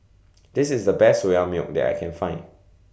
This IS The Best Soya Milk that I Can Find